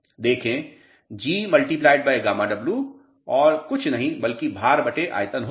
देखें Gγw gamma W और कुछ नहीं बल्कि भार बटे आयतन होगा